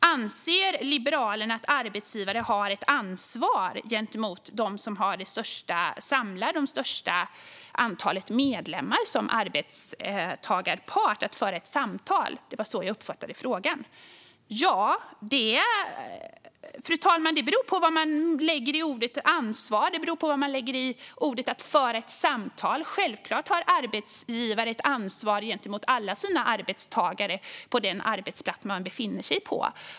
Anser Liberalerna att arbetsgivare har ett ansvar att som arbetstagarpart föra ett samtal med dem som samlar det största antalet medlemmar? Det var så jag uppfattade frågan. Det beror på vilken betydelse man lägger i ordet ansvar och i att föra ett samtal, fru talman. Självklart har arbetsgivare ett ansvar gentemot alla sina arbetstagare på arbetsplatsen.